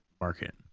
market